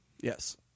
Yes